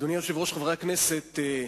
אדוני היושב-ראש, חברי הכנסת,